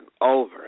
over